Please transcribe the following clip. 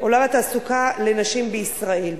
התעסוקה לנשים בישראל.